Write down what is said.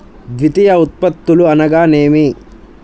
ద్వితీయ ఉత్పత్తులు అనగా నేమి?